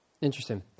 interesting